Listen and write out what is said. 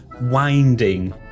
winding